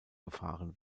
befahren